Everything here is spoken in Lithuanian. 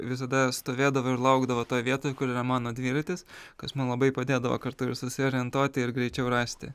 visada stovėdavo ir laukdavo toj vietoj kur yra mano dviratis kas man labai padėdavo kartu ir susiorientuoti ir greičiau rasti